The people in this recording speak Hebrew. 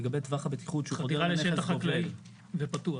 לגבי טווח הבטיחות שחודר לשטח חקלאי ופתוח.